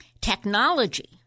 technology